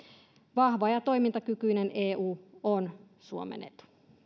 vahva ja toimintakykyinen eu on suomen etu